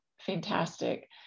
fantastic